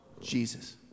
Jesus